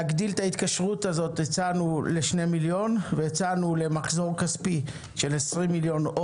להגדיל את ההתקשרות הזאת - הצענו ל-2 מיליון ולמחזור כספי של 20 מיליון,